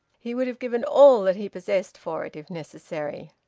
he would have given all that he possessed for it, if necessary.